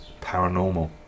Paranormal